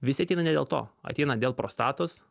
visi ateina ne dėl to ateina dėl prostatos